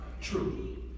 True